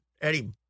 Eddie